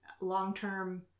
long-term